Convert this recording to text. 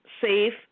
safe